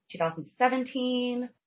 2017